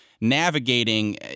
navigating